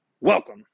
Welcome